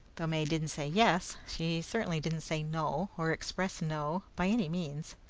though may didn't say yes, she certainly didn't say no, or express no, by any means.